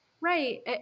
Right